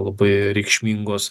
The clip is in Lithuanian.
labai reikšmingos